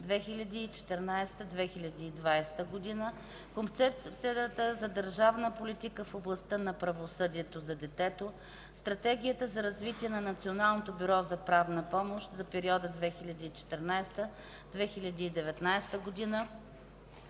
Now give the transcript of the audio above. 2014 – 2020 г., Концепцията за държавна политика в областта на правосъдието за детето, Стратегията за развитие на Националното бюро за правна помощ за периода 2014 –2019 г.,